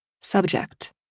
subject